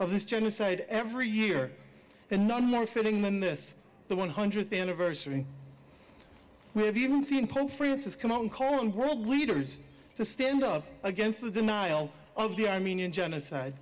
of this genocide every year and none more feeling than this the one hundredth anniversary we have even seen pope francis come out and call on world leaders to stand up against the denial of the armenian genocide